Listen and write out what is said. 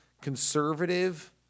conservative